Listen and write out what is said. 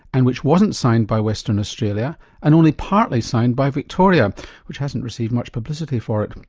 and which wasn't signed by western australia and only partly signed by victoria which hasn't received much publicity for it.